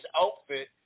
outfit